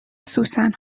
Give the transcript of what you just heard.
سوسن